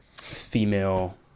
female